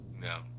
No